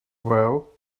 well